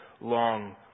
Long